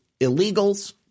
illegals